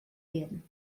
werden